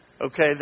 Okay